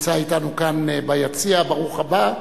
הנמצא אתנו כאן ביציע, ברוך הבא.